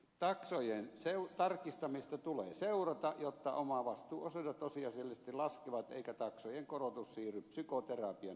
taksojen tarkistamista tulee myös seurata jotta omavastuuosuudet tosiasiallisesti laskevat eikä taksojen korotus siirry psykoterapian